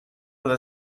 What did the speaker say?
with